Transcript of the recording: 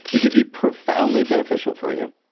it can be profoundly beneficial for you,